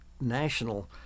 national